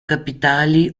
capitali